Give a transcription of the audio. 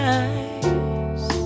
eyes